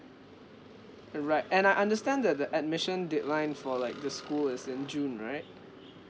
alright and I understand that the admission deadline for like the school is in june right